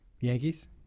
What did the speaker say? Yankees